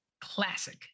classic